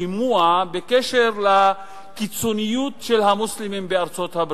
שימוע בקשר לקיצוניות של המוסלמים בארצות-הברית.